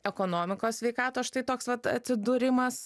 ekonomikos sveikatos štai toks vat atsidūrimas